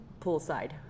poolside